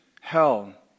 hell